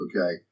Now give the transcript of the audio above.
okay